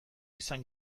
izan